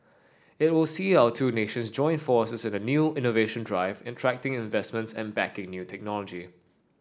it will see our two nations join forces in a new innovation drive attracting investments and backing new technology